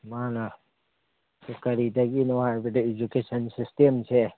ꯃꯥꯅ ꯀꯔꯤꯗꯒꯤꯅꯣ ꯍꯥꯏꯕꯗ ꯏꯖꯨꯀꯦꯁꯟ ꯁꯤꯁꯇꯦꯝꯁꯦ